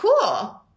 cool